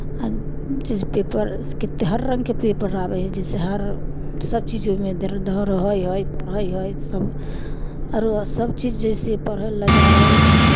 आ जे पेपर कतेक हर रङ्गके पेपर आबै हइ जइसे हर सभचीज ओहिमे दै दऽ रहै हइ पढ़ै हइ सभ आरो सभ चीज जैसे पढ़ल लए जाइ हइ